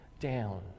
down